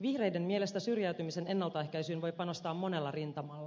vihreiden mielestä syrjäytymisen ennaltaehkäisyyn voi panostaa monella rintamalla